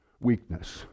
weakness